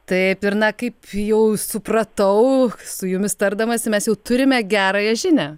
taip ir na kaip jau supratau su jumis tardamasi mes jau turime gerąją žinią